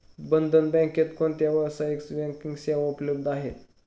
बंधन बँकेत कोणत्या व्यावसायिक बँकिंग सेवा उपलब्ध आहेत?